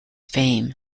fame